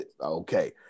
Okay